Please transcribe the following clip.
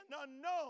unknown